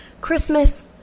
Christmas